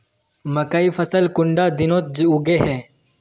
मकई फसल कुंडा दिनोत उगैहे?